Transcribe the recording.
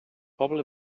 poble